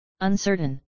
uncertain